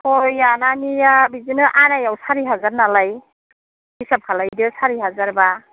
सय आनानिया बिदिनो आनायाव सारि हाजार नालाय हिसाब खालायदो सारि हाजारबा